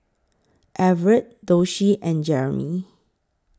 Everett Doshie and Jeramie